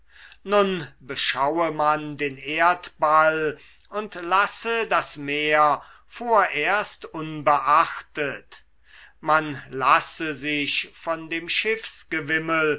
nun beschaue man den erdball und lasse das meer vorerst unbeachtet man lasse sich von dem